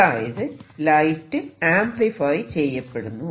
അതായത് light amplify ചെയ്യപ്പെടുന്നു